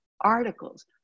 articles